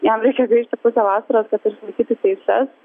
jam reikia gaišti pusę vasaros kad išlaikyti teises